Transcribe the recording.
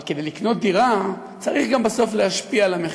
אבל כדי לקנות דירה צריך גם בסוף להשפיע על המחירים.